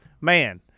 Man